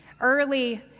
early